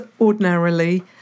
ordinarily